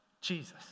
Jesus